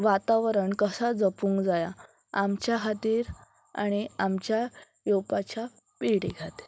वातावरण कसा जपूंक जाय आमच्या खातीर आनी आमच्या येवपाच्या पिढे खातीर